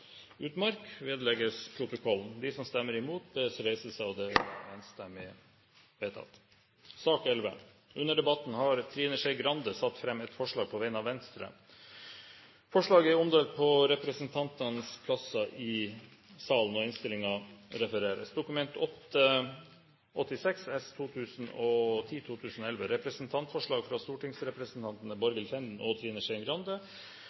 utmark, basert på de positive erfaringene fra forsøksprosjektet.» Under debatten har Trine Skei Grande satt fram et forslag på vegne av Venstre. Forslaget er omdelt på representantenes plasser i salen, og